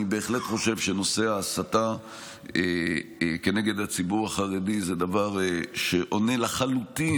אני בהחלט חושב שנושא ההסתה כנגד הציבור החרדי זה דבר שעונה לחלוטין,